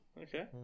Okay